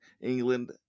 England